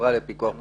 חברת פיקוח פרטית,